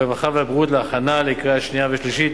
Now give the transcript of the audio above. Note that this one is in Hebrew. הרווחה והבריאות להכנה לקריאה שנייה ושלישית.